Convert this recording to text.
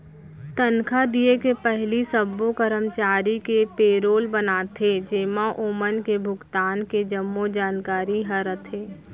तनखा दिये के पहिली सब्बो करमचारी के पेरोल बनाथे जेमा ओमन के भुगतान के जम्मो जानकारी ह रथे